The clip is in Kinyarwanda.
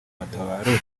matabaro